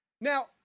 Now